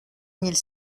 mille